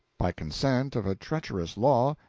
by consent of a treacherous law,